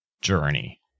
journey